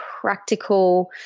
practical